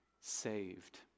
saved